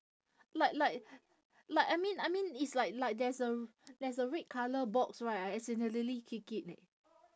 like like like I mean I mean it's like like there's a there's a red colour box right I accidentally kick it leh